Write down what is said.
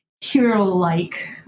hero-like